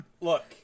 Look